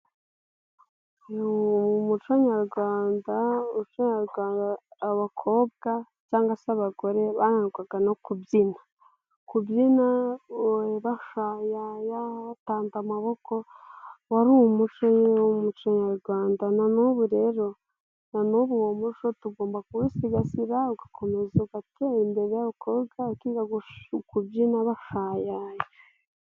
Uyu muco nyarwanda, mu muco nyarwanda abakobwa cyangwa se abagore barangwaga no kubyina. Kubyina bashayaya, batamba amaboko, wari umuco. Umuco nyarwanda nyine na n'ubu rero, uwo muco tugomba kuwusigasira ugakomeza ugatera imbere, umukobwa akiga kubyina bashayaye.